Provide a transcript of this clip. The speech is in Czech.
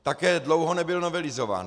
Také dlouho nebyl novelizován.